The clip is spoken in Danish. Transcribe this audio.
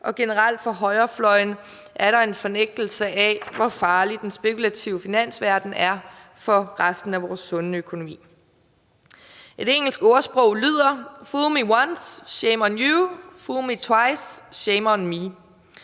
og generelt er der fra højrefløjen en fornægtelse af, hvor farlig den spekulative finansverdenen er for resten af vores sunde økonomi. Der er på engelsk et ordsprog, der lyder: Fool me once, shame on you; fool me twice, shame on me.